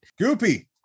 goopy